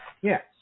Yes